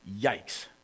Yikes